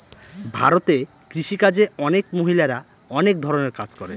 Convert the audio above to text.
ভারতে কৃষি কাজে অনেক মহিলারা অনেক ধরনের কাজ করে